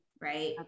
Right